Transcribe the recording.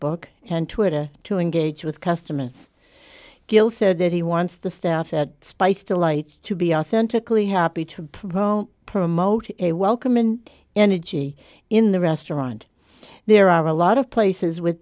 twitter to engage with customers gill said that he wants the staff that spice delights to be authentically happy to provoke promote a welcome and energy in the restaurant there are a lot of places with